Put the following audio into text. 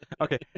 Okay